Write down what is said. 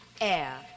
air